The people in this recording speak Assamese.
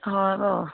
হয় বাৰু